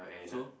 so